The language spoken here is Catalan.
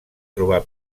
trobar